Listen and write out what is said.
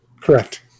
Correct